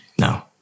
no